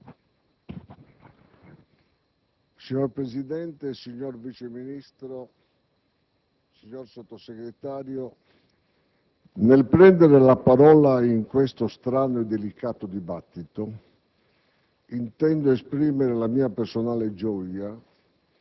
Signor Presidente, signor Vice Ministro, signor Sottosegretario, nel prendere la parola in questo strano e delicato dibattito, intendo esprimere la mia personale gioia